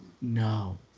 No